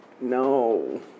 No